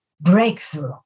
breakthrough